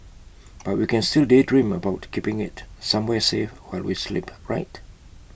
but we can still daydream about keeping IT somewhere safe while we sleep right